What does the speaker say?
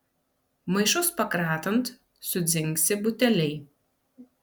maišus pakratant sudzingsi buteliai